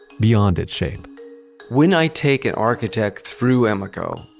beyond its shape when i take an architect through emeco,